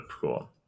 Cool